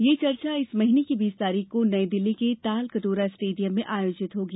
यह चर्चा इस महीने की बीस तारीख को नई दिल्ली के ताल कटोरा स्टेडियम में आयोजित होगी